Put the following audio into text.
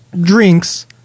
drinks